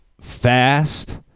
fast